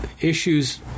issues